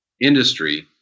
Industry